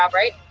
um right?